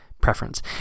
Preference